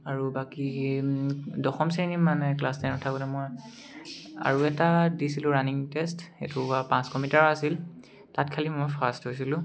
আৰু বাকী দশম শ্ৰেণী মানে ক্লাছ টেনত থাকোঁতে মই আৰু এটা দিছিলোঁ ৰাণিং টেষ্ট এইটো বাৰু পাঁচশ মিটাৰ আছিল তাত খালী মই ফাৰ্ষ্ট হৈছিলোঁ